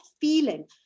feeling